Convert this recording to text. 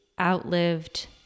outlived